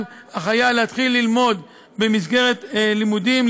החייל להתחיל ללמוד במסגרת לימודים,